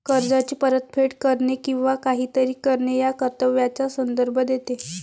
कर्जाची परतफेड करणे किंवा काहीतरी करणे या कर्तव्याचा संदर्भ देते